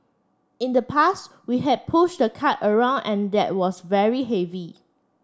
in the past we had push the cart around and that was very heavy